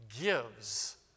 gives